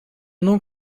não